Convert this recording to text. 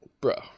bro